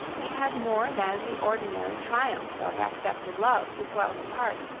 he had more than the ordinary triumph of accepted love to swell his heart,